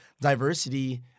diversity